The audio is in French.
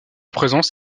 présence